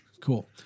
Cool